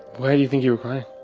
why do you think you were crying?